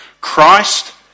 Christ